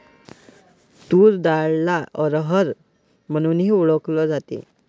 तूर डाळला अरहर म्हणूनही ओळखल जाते